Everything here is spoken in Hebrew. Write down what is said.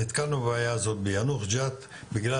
נתקלנו בבעיה הזאת ביאנוח ג'ת בגלל